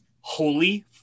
Holy